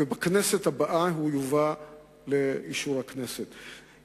והוא יובא לאישור הכנסת הבאה.